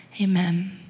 amen